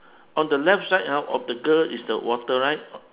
on the left side ha of the girl is the water right